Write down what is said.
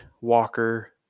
Walker